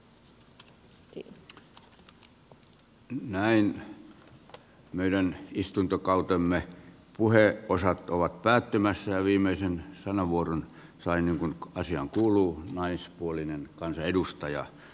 näin meidän istuntokautemme puheosat ovat päättymässä ja viimeisen sanavuoron sai niin kuin asiaan kuuluu naispuolinen kansanedustaja